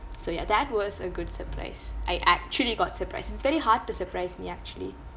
so ya that was a good surprise I actually got surprised it's very hard to surprise me actually